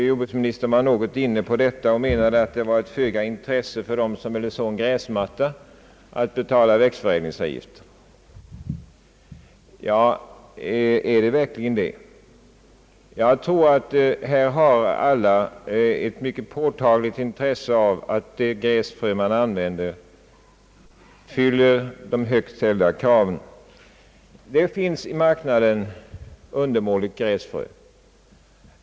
Jordbruksministern var något inne på den saken och menade, att det fanns föga intresse hos dem som ville beså en gräsmatta att betala växtförädlingsavgift. Ja, är det verkligen så? Jag tror att alla har ett mycket påtagligt intresse av att det gräsfrö som används uppfyller de ställda kraven. Det finns undermåligt gräsfrö på marknaden.